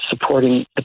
supporting